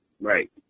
Right